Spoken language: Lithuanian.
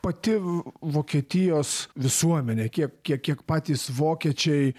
pati vokietijos visuomenė kiek kiek kiek patys vokiečiai